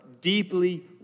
deeply